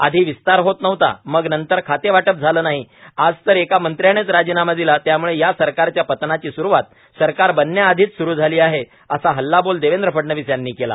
आधी विस्तार होत नव्हता मग नंतर खातेवाटप झाले नाही आज तर एका मंत्र्यानेच राजीनामा दिला या पतनाची स्रुवात सरकार बनण्यासआधीच स्रु झाली आहे असा हल्लाबोल देवेंद्र फडणवीस यांनी केला